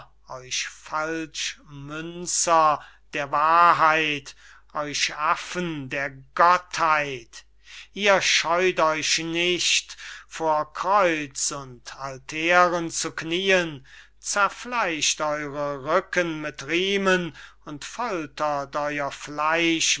euch falschmünzer der wahrheit euch affen der gottheit ihr scheut euch nicht vor kreuz und altären zu knien zerfleischt eure rücken mit riemen und foltert euer fleisch